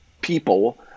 people